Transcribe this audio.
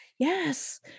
yes